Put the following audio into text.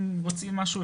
אם רוצים משהו,